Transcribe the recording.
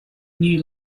new